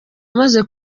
amaze